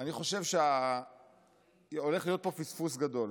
אני חושב שהולך להיות פה פספוס גדול.